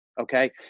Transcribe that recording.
okay